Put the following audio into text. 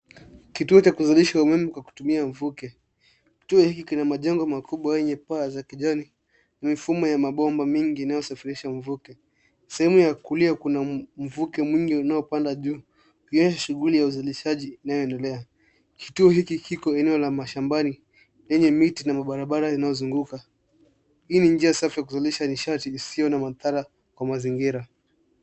Kituo cha kuzalisha umeme kwa kutumia mvuke. Kituo hiki kina majengo makubwa yenye paa za kijani, mifumo ya mabomba mingi inayosafiriaha mvuke. Sehemu ya kulia kuna mvuke mwingi unaopanda juu ikionyesha shughuli ya uzalishaji inayoendelea. Kituo hiki kiko eneo la mashambani yenye miti na mabarabara zinayozunguka. Hii ni njia safi ya kuzalisha nishati isiyo na madhara kwa mazingira.